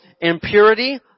impurity